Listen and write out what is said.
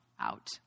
out